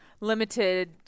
limited